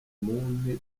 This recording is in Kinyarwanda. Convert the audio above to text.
mumpe